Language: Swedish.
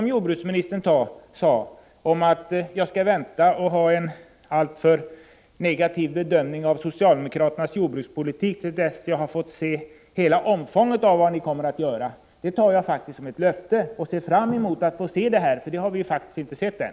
Jordbruksministern sade till sist att jag borde vänta till dess jag har fått se hela omfånget av socialdemokraternas jordbrukspolitik innan jag gjorde min bedömning. Det tar jag faktiskt som ett löfte och ser fram emot att få se vad ni kommer att göra, för det har vi faktiskt inte sett än.